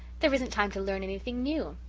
there isn't time to learn anything new.